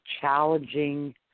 challenging